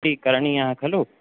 इति करणीयः खलु